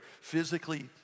physically